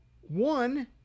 One